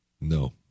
No